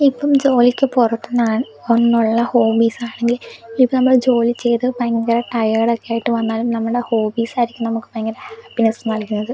ഇപ്പം ജോലിക്ക് പുറത്ത് നാ ഒന്നുള്ള ഹോബീസ് ആണെങ്കിൽ ഇപ്പ നമ്മൾ ജോലി ചെയ്ത് ഭയങ്കര ടയേർഡ് ഒക്കെ ആയിട്ട് വന്നാലും നമ്മുടെ ഹോബീസ് ആയിരിക്കും നമുക്ക് ഭയങ്കര ഹാപ്പിനെസ്സ് നൽകുന്നത്